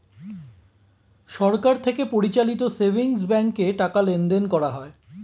সরকার থেকে পরিচালিত সেভিংস ব্যাঙ্কে টাকা লেনদেন করা হয়